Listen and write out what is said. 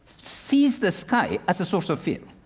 sees the sky as a source of fear.